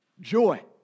joy